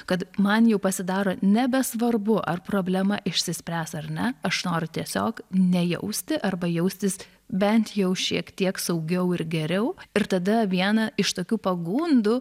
kad man jau pasidaro nebesvarbu ar problema išsispręs ar ne aš noriu tiesiog nejausti arba jaustis bent jau šiek tiek saugiau ir geriau ir tada viena iš tokių pagundų